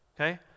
okay